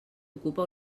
ocupa